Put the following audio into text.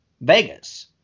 Vegas